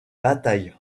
batailles